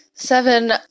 Seven